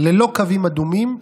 ללא קווים אדומים,